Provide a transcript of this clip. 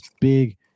big